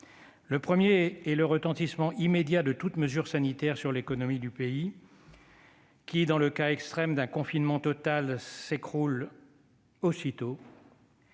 Le premier est le retentissement immédiat de toute mesure sanitaire sur l'économie du pays qui, dans le cas extrême d'un confinement total, s'écroule aussitôt,